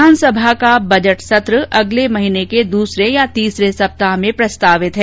विधानसभा का बजट सत्र अगले माह के दूसरे या तीसरे सप्ताह में प्रस्तावित है